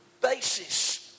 basis